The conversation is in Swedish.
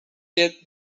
det